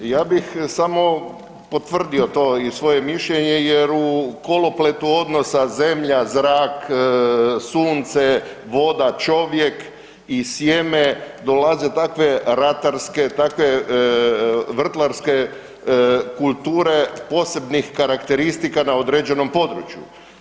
Ja bih samo potvrdio to i svoje mišljenje jer u kolopletu odnosa, zemlja, zrak, sunce, voda, čovjek i sjeme, dolaze takve ratarske, takve vrtlarske kulture posebnih karakteristika na određenom području.